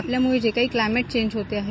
आपल्यामुळं जे काही climate change होत आहे